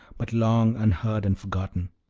but long unheard and forgotten.